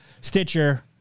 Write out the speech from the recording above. Stitcher